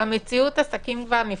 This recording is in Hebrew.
במציאות עסקים כבר נפתחים.